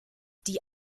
die